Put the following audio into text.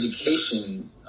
Education